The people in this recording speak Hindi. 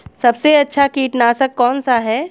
सबसे अच्छा कीटनाशक कौन सा है?